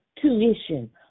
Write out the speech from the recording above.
tuition